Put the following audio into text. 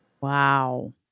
Wow